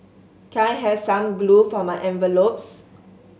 can I have some glue for my envelopes